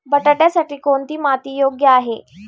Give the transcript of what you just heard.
बटाट्यासाठी कोणती माती योग्य आहे?